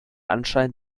anschein